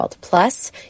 plus